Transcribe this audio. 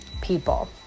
people